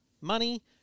money